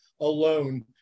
alone